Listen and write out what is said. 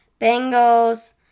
Bengals